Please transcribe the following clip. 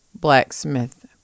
blacksmith